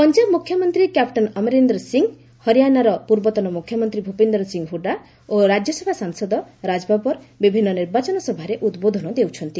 ପଞ୍ଜାବ ମୁଖ୍ୟମନ୍ତ୍ରୀ କ୍ୟାପଟେନ୍ ଅମରିନ୍ଦର ସିଂ ହରିୟାନାର ପୂର୍ବତନ ମୁଖ୍ୟମନ୍ତ୍ରୀ ଭୂପିନ୍ଦର ସିଂ ହୁଡା ଓ ରାଜ୍ୟସଭା ସାଂସଦ ରାଜବବର ବିଭିନ୍ନ ନିର୍ବାଚନ ସଭାରେ ଉଦ୍ବୋଧନ ଦେଉଛନ୍ତି